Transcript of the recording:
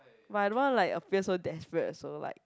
but I don't want like appear so desperate so like